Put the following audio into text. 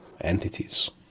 entities